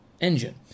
Engine